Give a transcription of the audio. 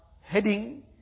heading